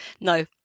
no